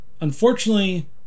Unfortunately